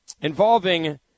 involving